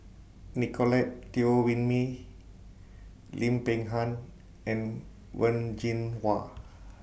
Nicolette Teo Wei Min Lim Peng Han and Wen Jinhua